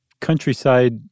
countryside